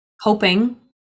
hoping